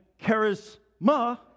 charisma